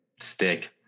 stick